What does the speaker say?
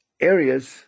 areas